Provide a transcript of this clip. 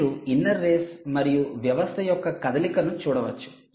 మీరు inner race మరియు వ్యవస్థ యొక్క కదలికను చూడవచ్చు